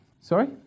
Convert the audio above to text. Sorry